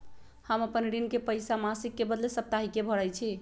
हम अपन ऋण के पइसा मासिक के बदले साप्ताहिके भरई छी